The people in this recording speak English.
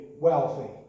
wealthy